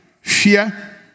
Fear